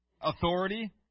authority